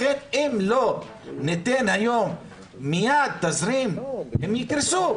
לכן, אם לא ניתן היום מיד תזרים, הם יקרסו.